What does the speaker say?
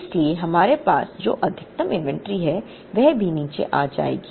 इसलिए हमारे पास जो अधिकतम इन्वेंट्री है वह भी नीचे आ जाएगी